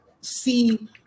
see